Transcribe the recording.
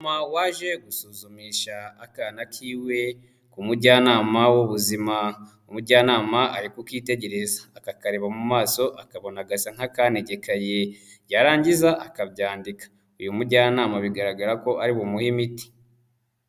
Umumama waje gusuzumisha akana kiwe ku mujyanama w'ubuzima. Umujyanama ari kukitegereza akakareba mu maso akabona gasa nk'akanegekaye, yarangiza akabyandika. Uyu mujyanama bigaragara ko ari bumuhe imiti.